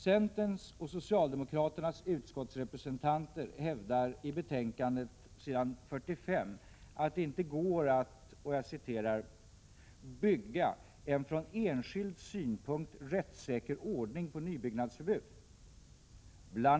Centerns och socialdemokraternas utskottsrepresentanter hävdar på s. 45 i betänkandet att det inte går att ”bygga en från enskild synpunkt rättssäker ordning på nybyggnadsförbud. Bl.